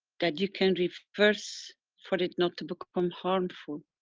that you can reverse for it not to become harmful.